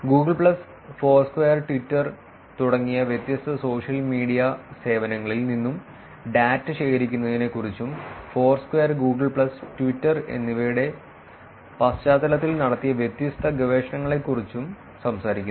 Google Plus Foursquare Twitter തുടങ്ങിയ വ്യത്യസ്ത social media സേവനങ്ങളിൽ നിന്നും ഡാറ്റ ശേഖരിക്കുന്നതിനെക്കുറിച്ചും ഫോർസ്ക്വയർ ഗൂഗിൾ പ്ലസ് ട്വിറ്റർ എന്നിവയുടെ പശ്ചാത്തലത്തിൽ നടത്തിയ വ്യത്യസ്ത ഗവേഷണങ്ങളെക്കുറിച്ചും സംസാരിക്കുന്നു